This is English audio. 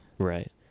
Right